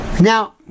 Now